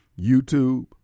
YouTube